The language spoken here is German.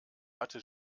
hatte